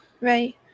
Right